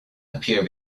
appear